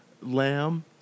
Lamb